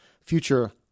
future